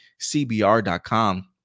CBR.com